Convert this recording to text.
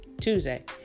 Tuesday